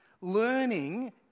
learning